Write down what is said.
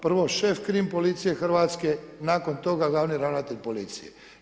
Prvo šef Krim policije Hrvatske, nakon toga Glavni ravnatelj policije.